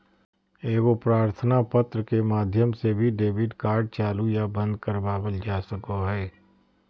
एगो प्रार्थना पत्र के माध्यम से भी डेबिट कार्ड चालू या बंद करवावल जा सको हय